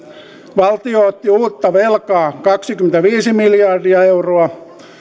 valtio otti uutta velkaa kaksikymmentäviisi miljardia euroa